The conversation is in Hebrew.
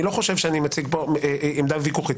אני לא חושב שאני מציג כאן עמדה ויכוחית.